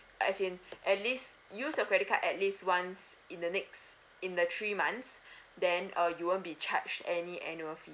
as in at least use your credit card at least once in the next in the three months then uh you won't be charged any annual fee